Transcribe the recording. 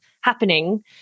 happening